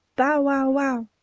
bow-wow-wow!